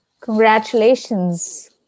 Congratulations